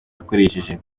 yakoresheje